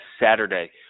Saturday